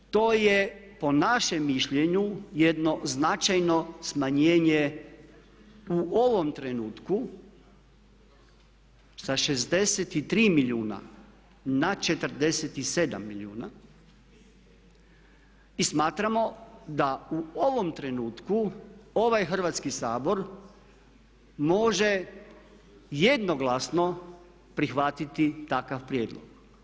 To je po našem mišljenju jedno značajno smanjenje u ovom trenutku sa 63 milijuna na 47 milijuna i smatramo da u ovom trenutku ovaj Hrvatski sabor može jednoglasno prihvatiti takav prijedlog.